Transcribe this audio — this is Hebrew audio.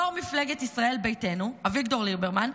יו"ר מפלגת ישראל ביתנו אביגדור ליברמן,